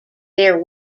their